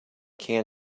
can